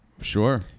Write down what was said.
Sure